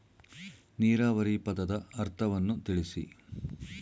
ನೀರಾವರಿ ಪದದ ಅರ್ಥವನ್ನು ತಿಳಿಸಿ?